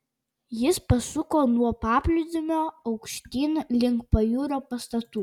jis pasuko nuo paplūdimio aukštyn link pajūrio pastatų